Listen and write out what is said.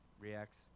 reacts